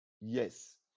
Yes